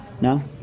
No